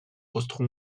austro